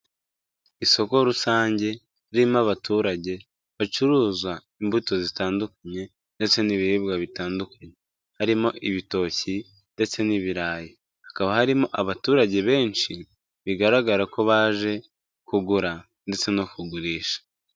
Isoko rusange, ririmo abaturage bacuruza imbuto zitandukanye ndetse n'ibiribwa bitandukanye. Harimo ibitoki ndetse n'ibirayi. Hakaba harimo abaturage benshi bigaragara ko baje kugura ndetse no kugurisha.